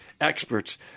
experts